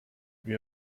you